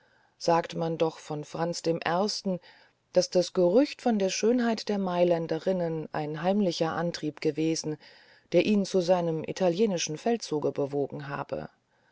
sagt man doch von franz i daß das gerücht von der schönheit der mailänderinnen ein heimlicher antrieb gewesen der ihn zu seinem italienischen feldzuge bewogen habe